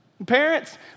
Parents